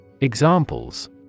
Examples